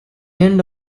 end